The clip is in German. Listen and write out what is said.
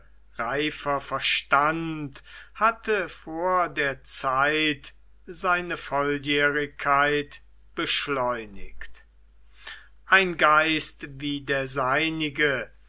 reifer verstand hatte vor der zeit seine volljährigkeit beschleunigt ein geist wie der seinige